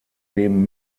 dem